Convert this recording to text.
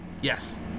Yes